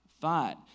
fight